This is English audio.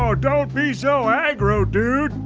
whoa, don't be so and aggro, dude.